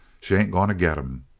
she ain't going to get him.